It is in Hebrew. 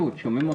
שנה.